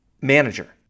manager